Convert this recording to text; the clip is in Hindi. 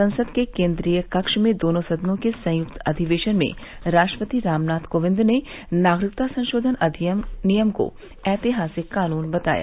संसद के केन्द्रीय कक्ष में दोनों सदनों के संयुक्त अधिवेशन में राष्ट्रपति रामनाथ कोविंद ने नागरिकता संशोधन अधिनियम को ऐतिहासिक कानून बताया